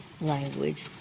language